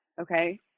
Okay